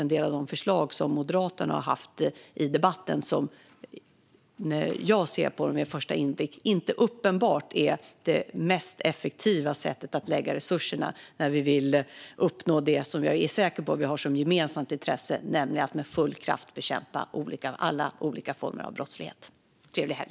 En del av de förslag som Moderaterna har haft i debatten är inte vid en första anblick det uppenbart mest effektiva sättet att använda resurserna när vi vill uppnå det som jag är säker på att vi har som gemensamt intresse, nämligen att med full kraft bekämpa alla olika former av brottslighet. Trevlig helg!